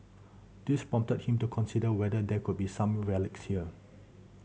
this prompted him to consider whether there could be some relics there